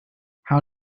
how